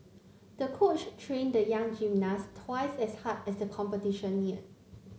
the coach trained the young gymnast twice as hard as the competition neared